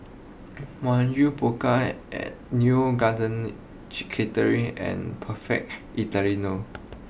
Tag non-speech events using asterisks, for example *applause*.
Mamy Poko *unintelligible* Neo Garden *unintelligible* Catering and perfect Italiano